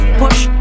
push